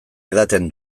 edaten